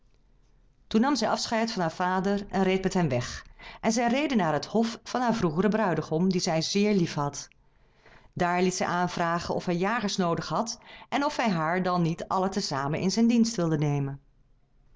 toen nam zij afscheid van haar vader en reed met hen weg en zij reden naar het hof van haar vroegeren bruidegom dien zij zéér lief had daar liet zij aanvragen of hij jagers noodig had en of hij haar dan niet alle te zamen in zijn dienst wilde nemen